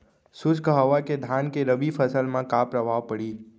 शुष्क हवा के धान के रबि फसल मा का प्रभाव पड़ही?